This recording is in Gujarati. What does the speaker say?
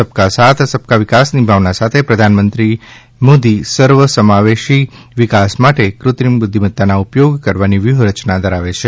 સબકા સાથ સબકા વિકાસની ભાવના સાથે પ્રધાનમંત્રી મોદી સર્વસમાવેશી વિકાસ માટે ક઼ત્રિમ બુઘ્ઘિમત્તાના ઉપયોગ કરવાની વ્યુફરચના ધરાવે છે